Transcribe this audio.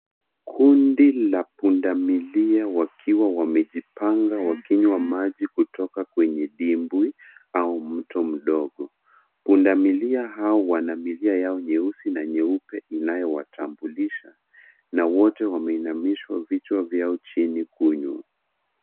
Kundi la pundamilia wakiwa wamejipanga wakinywa maji kutoka kwenye dimbwi au mto mdogo. Pundamiia hawa wana milia yao nyeusi na meupe inayowatambulisha na wote wameimisha vichwa vyao chini kunywa.